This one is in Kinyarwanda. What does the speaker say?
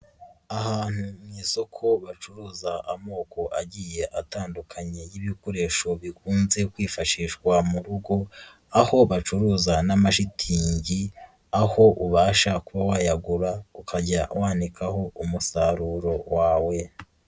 Ahantu mu isoko bacuruza amoko agiye atandukanye y'ibikoresho bikunze kwifashishwa mu rugo, aho bacuruza n'amashitingi, aho ubasha kuba wayagura, ukajya wanikaho, umusaruro wawe.